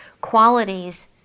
qualities